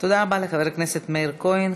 תודה רבה לחבר הכנסת מאיר כהן.